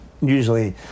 usually